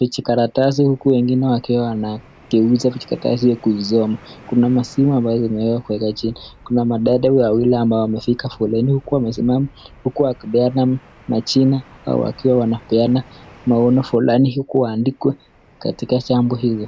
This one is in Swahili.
vijikaratasi huku wengine wakiwa wanageuza katika kazi ya kuzisoma, kuna mashini yamewekwa kwenda chini, kuna madada wawili ambao wamefika foreni huku wamesimama huku wakipeana, majina au wakiwa wanapeana maono fulani huku waandikwe katika jambo hilo.